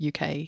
UK